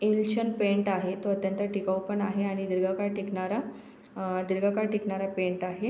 emulsion paint आहे तो अत्यंत टिकाऊ पण आहे आणि दीर्घकाळ टिकणारा दीर्घकाळ टिकणारा पेंट आहे